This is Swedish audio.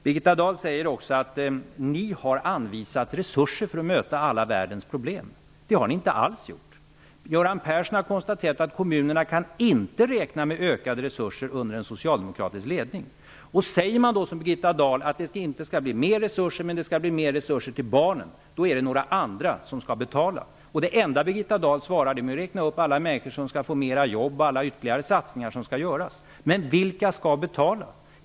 Birgitta Dahl sade också att Socialdemokraterna har anvisat resurser för att möta alla världens problem. Det har ni inte alls gjort. Göran Persson har konstaterat att kommunerna inte kan räkna med ökade resurser under en socialdemokratisk ledning. Om man då säger som Birgitta Dahl, att det inte skall bli mer resurser, men samtidigt att det skall bli mer resurser till barnen, är det några andra som får betala. Det enda Birgitta Dahl svarar med är att räkna upp alla människor som skall få mera jobb och alla ytterligare satsningar som skall göras. Men vilka skall betala?